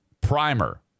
primer